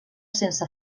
sense